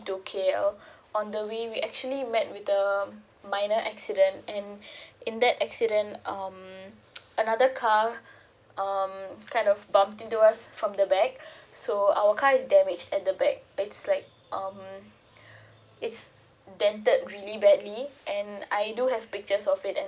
to K_L on the we we actually met with minor accident and in that accident um another car um kind of bump into us from the back so our cars is damaged at the back it's like um it's dented really badly and I do have pictures of it and